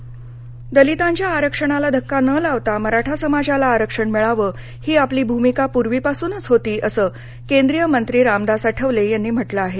आठवले कोल्हापूर दलितांच्या आरक्षणाला धक्का न लागता मराठा समाजाला आरक्षण मिळावं ही आपली भूमिका पूर्वीपासूनच होती असं केंद्रीयमंत्री रामदास आठवले यांनी म्हटलं आहे